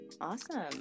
awesome